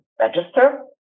register